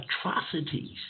atrocities